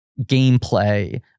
gameplay